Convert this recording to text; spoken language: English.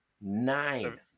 nine